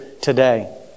today